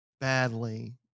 badly